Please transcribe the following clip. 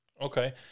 Okay